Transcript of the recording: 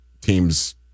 teams